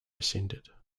rescinded